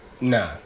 Nah